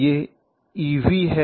यह Eb है